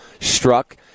struck